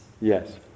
yes